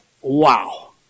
Wow